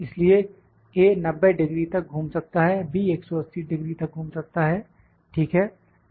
इसलिए A 90 degree तक घूम सकता है B 180 डिग्री तक घूम सकता है ठीक है